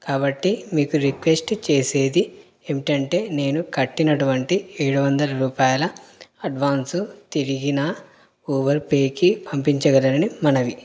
కాబట్టి మీకు రిక్వెస్ట్ చేసేది ఏమిటంటే నేను కట్టినటువంటి ఏడు వందల రూపాయల అడ్వాన్సు తిరిగి నా ఉబర్ పేకి పంపించగలరని మనవి